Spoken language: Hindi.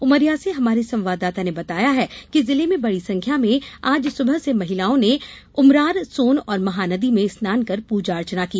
उमरिया से हमारे संवाददाता ने बताया है कि जिले में बड़ी संख्या में आज सुबह महिलाओं ने उमरार सोन और महानदी में स्नान कर पूजा अर्चना की